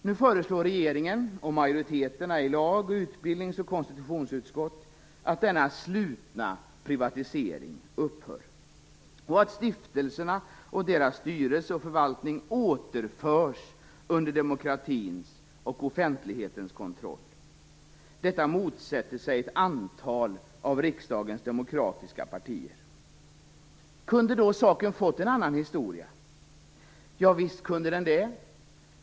Nu föreslår regeringen och majoriteterna i lag-, utbildnings och konstitutionsutskotten att denna slutna privatisering upphör och att stiftelserna och deras styrelse och förvaltning återförs under demokratins och offentlighetens kontroll. Detta motsätter sig ett antal av riksdagens demokratiska partier. Kunde då saken ha fått en annan historia? Ja, visst kunde den det!